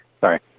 Sorry